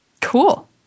Cool